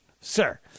sir